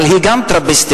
אבל היא גם תרפיסטית,